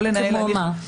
לא לנהל הליך --- כמו מה?